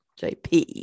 JP